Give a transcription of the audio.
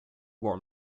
warm